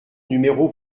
numéro